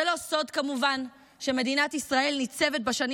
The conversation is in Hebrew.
זה לא סוד כמובן שמדינת ישראל ניצבת בשנים